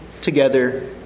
together